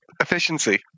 efficiency